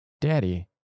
Daddy